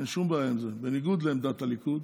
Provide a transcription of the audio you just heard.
אין שום בעיה עם זה, בניגוד לעמדת הליכוד.